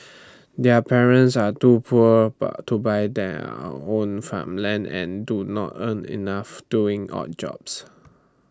their parents are too poor but to buy their own farmland and do not earn enough doing odd jobs